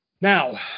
Now